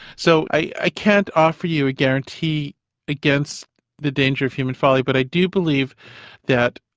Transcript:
so i can't offer you a guarantee against the danger of human folly, but i do believe that